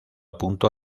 punto